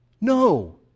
No